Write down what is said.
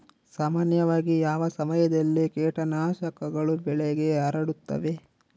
ಸಾಮಾನ್ಯವಾಗಿ ಯಾವ ಸಮಯದಲ್ಲಿ ಕೇಟನಾಶಕಗಳು ಬೆಳೆಗೆ ಹರಡುತ್ತವೆ?